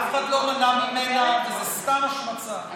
אף אחד לא מנע ממנה, זו סתם השמצה.